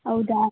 ಹೌದಾ